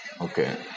Okay